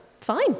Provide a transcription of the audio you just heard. fine